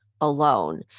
alone